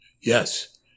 Yes